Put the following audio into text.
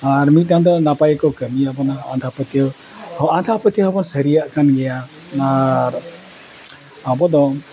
ᱟᱨ ᱢᱤᱢᱤᱫᱴᱟᱝ ᱫᱚ ᱱᱟᱯᱟᱭ ᱠᱚ ᱠᱟᱹᱢᱤᱭᱟᱵᱚᱱᱟ ᱟᱸᱫᱷᱟ ᱯᱟᱹᱛᱭᱟᱹᱣ ᱟᱸᱫᱷᱟ ᱯᱟᱹᱛᱭᱟᱹᱣ ᱦᱚᱸᱵᱚᱱ ᱥᱟᱹᱨᱤᱭᱟᱜ ᱠᱟᱱ ᱜᱮᱭᱟ ᱟᱨ ᱟᱵᱚ ᱫᱚ